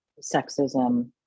sexism